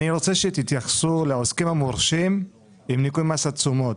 אני רוצה שתתייחסו לעוסקים המורשים עם ניכוי מס התשומות.